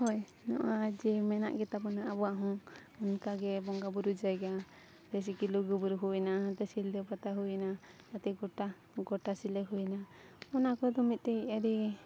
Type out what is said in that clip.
ᱦᱳᱭ ᱱᱚᱜᱼᱚᱭ ᱡᱮ ᱢᱮᱱᱟᱜ ᱜᱮᱛᱟᱵᱚᱱᱟ ᱟᱵᱚᱣᱟᱜ ᱦᱚᱸ ᱚᱱᱠᱟᱜᱮ ᱵᱚᱸᱜᱟ ᱵᱩᱨᱩ ᱡᱟᱭᱜᱟ ᱡᱮᱭᱥᱮᱠᱤ ᱞᱩᱜᱩᱵᱩᱨᱩ ᱦᱩᱭᱱᱟ ᱱᱟᱛᱮ ᱥᱤᱞᱫᱟᱹ ᱯᱟᱛᱟ ᱦᱩᱭᱱᱟ ᱦᱟᱹᱛᱤ ᱠᱷᱩᱴᱟ ᱜᱷᱟᱴᱥᱤᱞᱟ ᱦᱩᱭᱱᱟ ᱚᱱᱟ ᱠᱚᱫᱚ ᱢᱤᱫᱴᱮᱡ ᱟᱹᱰᱤ